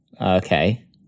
okay